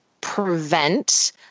prevent